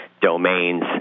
domains